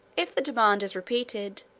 if the demand is repeated,